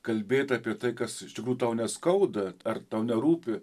kalbėt apie tai kas iš tikrųjų tau neskauda ar tau nerūpi